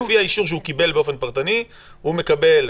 לפי האישור שהוא קיבל באופן פרטני, הוא מקבל.